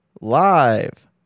Live